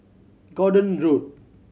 Gordon Road